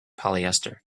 polyester